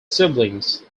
siblings